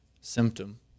symptom